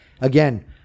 again